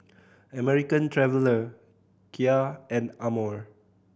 American Traveller Kia and Amore